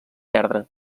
perdre